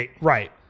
Right